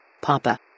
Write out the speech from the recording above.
Papa